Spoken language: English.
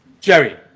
Jerry